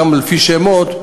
גם לפי שמות,